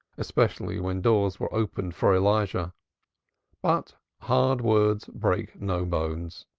especially when doors were opened for elijah but hard words break no bones,